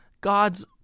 God's